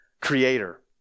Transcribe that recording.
creator